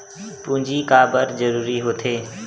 पूंजी का बार जरूरी हो थे?